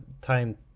time